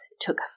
took